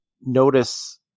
notice